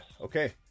Okay